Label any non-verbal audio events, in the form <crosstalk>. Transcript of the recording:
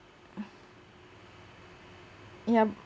<breath> yeah